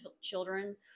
children